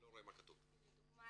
לדוגמה,